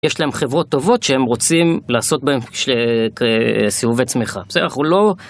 יש להם חברות טובות שהם רוצים לעשות בהם סיבובי צמיחה. בסדר, אנחנו לא...